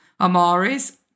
Amari's